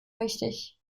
richtig